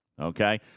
Okay